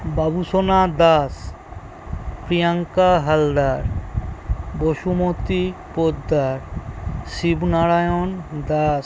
Babusona Das Priyanka Haldar Basumati Poddar Shibnarayan Das